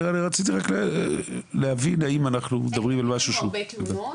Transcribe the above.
אני רציתי רק להבין אם אנחנו מדברים על משהו ש- אין לנו הרבה תלונות,